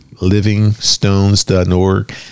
livingstones.org